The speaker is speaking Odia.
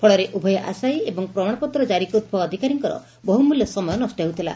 ଫଳରେ ଉଭୟ ଆଶାୟୀ ଏବଂ ପ୍ରମାଣପତ୍ର ଜାରି କରୁଥିବା ଅଧିକାରୀଙ୍କର ବହୁମଲ୍ୟ ସମୟ ନଷ୍ ହେଉଥିଲା